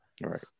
Right